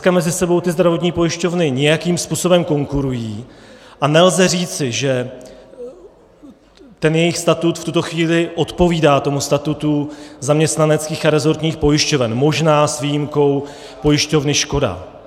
Dneska si mezi sebou zdravotní pojišťovny nějakým způsobem konkurují a nelze říci, že jejich statut v tuto chvíli odpovídá tomu statutu zaměstnaneckých a rezortních pojišťoven, možná s výjimkou pojišťovny Škoda.